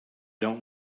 don’t